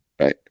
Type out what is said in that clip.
right